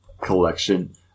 collection